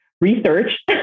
research